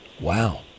Wow